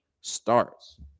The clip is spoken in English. starts